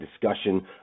discussion